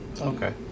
Okay